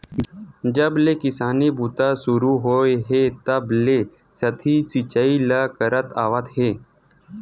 जब ले किसानी बूता सुरू होए हे तब ले सतही सिचई ल करत आवत हे